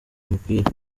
umupira